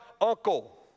uncle